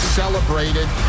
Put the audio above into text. celebrated